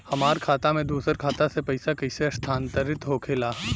हमार खाता में दूसर खाता से पइसा कइसे स्थानांतरित होखे ला?